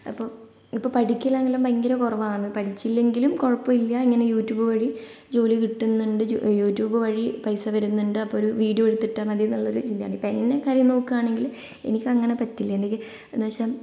അപ്പം ഇപ്പോൾ പഠിക്കലെല്ലാം ഭയങ്കര കുറവാണ് പഠിച്ചില്ലെങ്കിലും കുഴപ്പമില്ല ഇങ്ങനെ യൂട്യൂബ് വഴി ജോലി കിട്ടുന്നുണ്ട് യൂട്യൂബ് വഴി പൈസ വരുന്നുണ്ട് അപ്പോൾ ഒരു വീഡിയോ എടുത്തിട്ടാൽ മതി എന്നുള്ള ഒരു ചിന്തയാണ് ഇപ്പോൾ എന്നെ കാര്യം നോക്കുകയാണെങ്കിൽ എനിക്ക് അങ്ങനെ പറ്റില്ല എനിക്ക് എന്ന് വച്ചാൽ